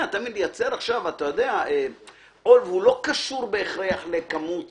והוא לא קשור בהכרח לכמות